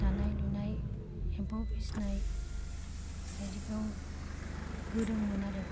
दानाय लुनाय एम्फौ फिसिनाय बायदिफ्राव गोरोंमोन आरो